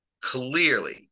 clearly